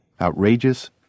outrageous